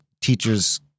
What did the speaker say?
teachers